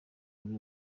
ari